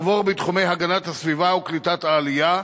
עבור בתחומי הגנת הסביבה וקליטת העלייה,